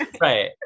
Right